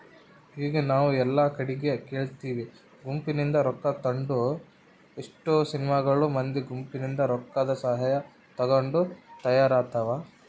ಈಗ ನಾವು ಎಲ್ಲಾ ಕಡಿಗೆ ಕೇಳ್ತಿವಿ ಗುಂಪಿನಿಂದ ರೊಕ್ಕ ತಾಂಡು ಎಷ್ಟೊ ಸಿನಿಮಾಗಳು ಮಂದಿ ಗುಂಪಿನಿಂದ ರೊಕ್ಕದಸಹಾಯ ತಗೊಂಡು ತಯಾರಾತವ